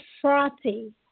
frothy